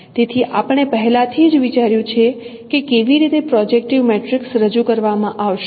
તેથી આપણે પહેલાથી જ વિચાર્યું છે કે કેવી રીતે પ્રોજેક્ટીવ મેટ્રિક્સ રજૂ કરવામાં આવશે